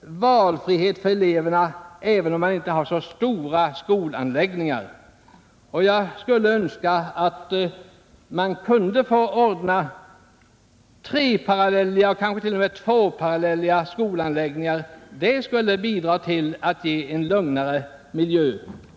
valfrihet för eleverna även om man inte har så stora skolanläggningar. Jag skulle önska att man kunde få ordna skolanläggningar med tre eller kanske t.o.m. två parallella klasser. Det skulle bidra till att ge en lugnare miljö.